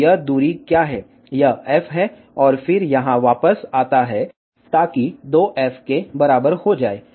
तो यह दूरी क्या है यह f है और फिर यहां वापस आता है ताकि 2f के बराबर हो जाए